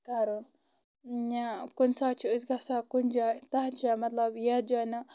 کرُن یا کُنہِ ساتہٕ چھِ أسۍ گژھان کُنہِ جاے تتھ جایہِ مطلب یتھ جایہِ نہٕ